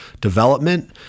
development